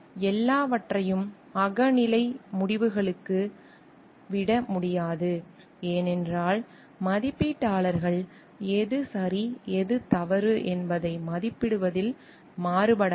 எல்லாவற்றையும் அகநிலை முடிவுகளுக்கு விட முடியாது ஏனென்றால் மதிப்பீட்டாளர்கள் எது சரி எது தவறு என்பதை மதிப்பிடுவதில் மாறுபடலாம்